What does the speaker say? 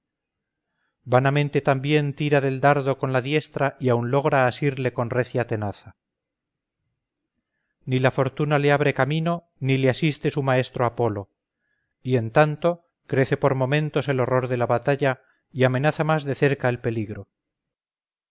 febo vanamente también tira del dardo con la diestra y aun logra asirle con recia tenaza ni la fortuna le abre camino ni le asiste su maestro apolo y en tanto crece por momentos el horror de la batalla y amenaza más de cerca el peligro